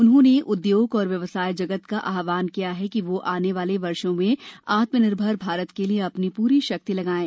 उन्होंने उद्योग और व्यवसाय जगत का आह्वान किया कि वह आने वाले वर्षों में आत्मनिर्भर भारत के लिए अपनी पूरी शक्ति लगाएं